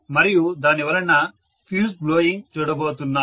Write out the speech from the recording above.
మరియు దానివలన fuse blowing చూడబోతున్నాం